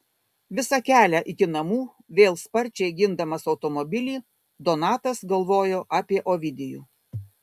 visą kelią iki namų vėl sparčiai gindamas automobilį donatas galvojo apie ovidijų